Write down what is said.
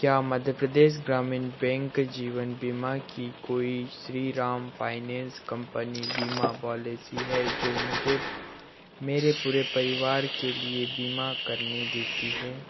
क्या मध्य प्रदेश ग्रामीण बैंक जीवन बीमा की कोई श्री राम फ़ाइनेंस कंपनी बीमा पॉलिसी है जो मुझे मेरे पूरे परिवार के लिए बीमा करने देती है